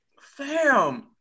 Fam